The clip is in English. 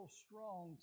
strong